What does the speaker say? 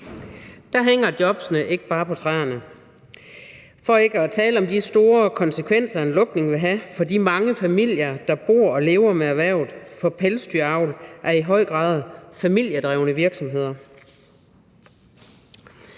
Der hænger jobbene ikke bare på træerne, for ikke at tale om de store konsekvenser, en lukning vil have for de mange familier, der bor og lever med erhvervet. For pelsdyravl er i høj grad familiedrevne virksomheder.